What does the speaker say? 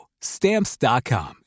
Stamps.com